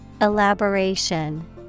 Elaboration